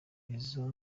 izo